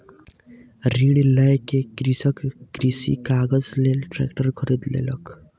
ऋण लय के कृषक कृषि काजक लेल ट्रेक्टर खरीद लेलक